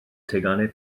teganau